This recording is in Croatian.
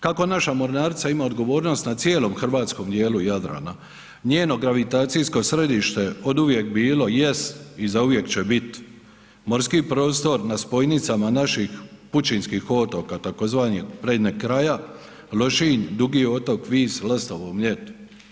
Kako naša mornarica ima odgovornost na cijelom hrvatskom dijelu Jadrana njeno gravitacijsko središte oduvijek bilo jest i zauvijek će biti morski prostor na spojnicama naših pučinskih otoka tzv. prednjeg kraja Lošinj, Dugi Otok, Vis, Lastovo, Mljet.